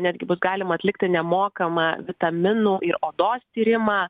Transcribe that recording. netgi bus galima atlikti nemokamą vitaminų ir odos tyrimą